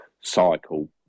cycle